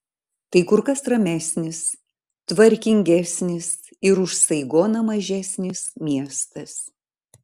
tai kur kas ramesnis tvarkingesnis ir už saigoną mažesnis miestas